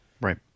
Right